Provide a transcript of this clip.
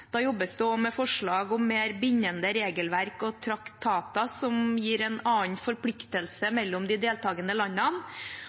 Da jobbes det også med forslag om mer bindende regelverk og traktater, som gir en annen forpliktelse